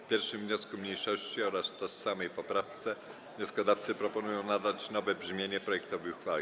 W 1. wniosku mniejszości oraz tożsamej poprawce wnioskodawcy proponują nadać nowe brzmienie projektowi uchwały.